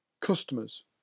Customers